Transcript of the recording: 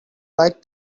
like